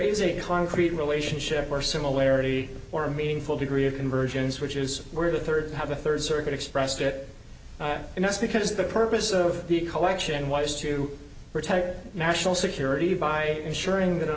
a concrete relationship where similarity or a meaningful degree of convergence which is where the third have a third circuit expressed it and that's because the purpose of the collection was to protect national security by ensuring that